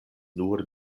nur